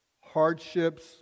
hardships